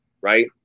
right